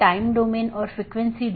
तो 16 बिट के साथ कई ऑटोनॉमस हो सकते हैं